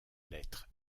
lettre